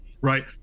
right